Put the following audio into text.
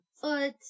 foot